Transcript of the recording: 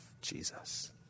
Jesus